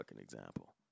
example